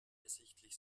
ersichtlich